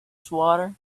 swatter